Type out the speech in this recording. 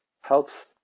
helps